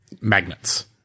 magnets